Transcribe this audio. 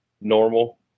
normal